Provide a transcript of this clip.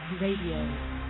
RADIO